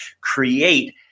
create